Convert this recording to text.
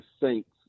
Saints